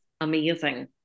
amazing